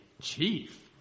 Chief